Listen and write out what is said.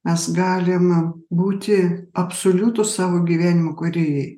mes galim būti absoliutūs savo gyvenimo kūrėjai